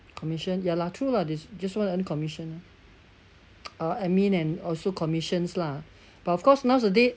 commission ya lah true lah they just want to earn commission lor admin and also commissions lah but of course now's a day